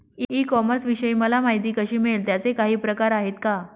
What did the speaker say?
E कॉमर्सविषयी मला माहिती कशी मिळेल? त्याचे काही प्रकार आहेत का?